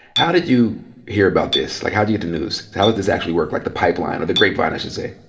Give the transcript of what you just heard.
how did you hear about this? like, how did you get the news? how does this actually work? like, the pipeline or the grapevine i should say?